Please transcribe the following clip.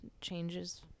changes